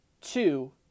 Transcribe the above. two